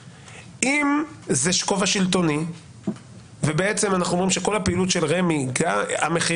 אם זה כובע שלטוני ואנחנו אומרים שכל פעילות המחיר של רמ"י היא שלטונית,